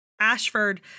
Ashford